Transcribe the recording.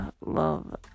love